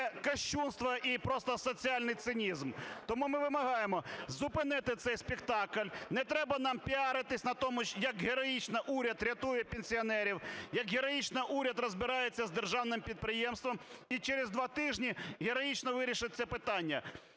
кощунство і просто соціальний цинізм. Тому ми вимагаємо зупинити цей спектакль. Не треба нам піаритись на тому, як героїчно уряд рятує пенсіонерів, як героїчно уряд розбирається з державним підприємством і через два тижні героїчно вирішить це питання.